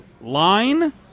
line